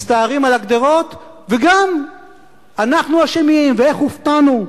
מסתערים על הגדרות וגם אנחנו אשמים, ואיך הופתענו.